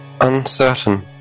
...uncertain